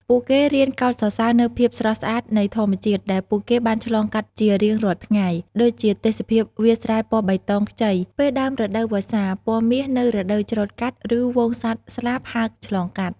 ពួកគេរៀនកោតសរសើរនូវភាពស្រស់ស្អាតនៃធម្មជាតិដែលពួកគេបានឆ្លងកាត់ជារៀងរាល់ថ្ងៃ ដូចជាទេសភាពវាលស្រែពណ៌បៃតងខ្ចីពេលដើមរដូវវស្សា ពណ៌មាសនៅរដូវច្រូតកាត់ ឬហ្វូងសត្វស្លាបហើរឆ្លងកាត់។